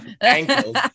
ankles